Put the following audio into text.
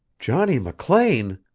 johnny mclean?